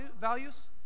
values